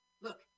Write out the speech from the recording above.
Look